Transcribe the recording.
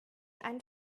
ein